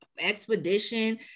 Expedition